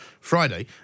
Friday